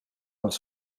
pels